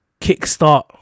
kickstart